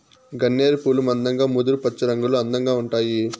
గన్నేరు పూలు మందంగా ముదురు పచ్చరంగులో అందంగా ఉంటాయి